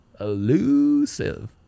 elusive